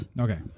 Okay